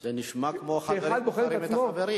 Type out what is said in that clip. שאחד בוחן את עצמו?